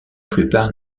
plupart